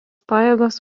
pajėgos